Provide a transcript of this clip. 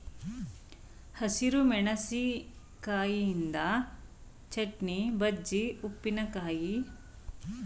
ಹಸಿರು ಮೆಣಸಿಕಾಯಿಯಿಂದ ಚಟ್ನಿ, ಬಜ್ಜಿ, ಉಪ್ಪಿನಕಾಯಿ ಮುಂತಾದವುಗಳನ್ನು ಮಾಡ್ತರೆ